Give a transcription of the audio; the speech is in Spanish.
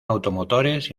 automotores